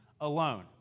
alone